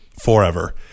forever